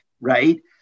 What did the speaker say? right